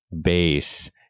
base